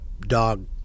dog